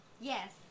Yes